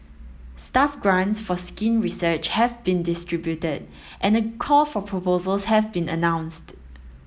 staff grants for skin research have been distributed and a call for proposals has been announced